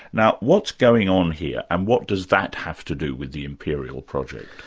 now what's going on here, and what does that have to do with the imperial project?